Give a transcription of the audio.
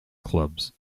clubs